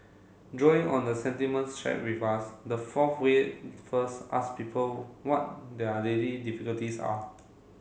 drawing on the sentiments shared with us this fourth way first ask people what their daily difficulties are